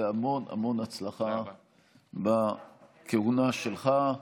והמון המון הצלחה בכהונה שלך.